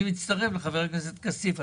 אני מצטרף למה שאמר חבר הכנסת כסיף.